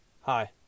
Hi